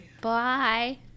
Bye